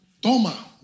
toma